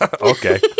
Okay